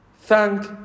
Thank